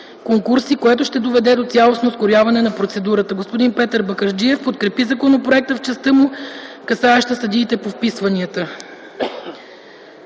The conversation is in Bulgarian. конкурси, което ще доведе до цялостно ускоряване на процедурата. Господин Петър Бакърджиев подкрепи законопроекта в частта му, касаеща съдиите по вписванията.